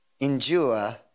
endure